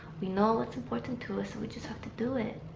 we know what's important to us and we just have to do it